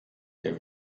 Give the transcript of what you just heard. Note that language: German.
der